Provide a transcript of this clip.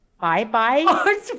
Bye-bye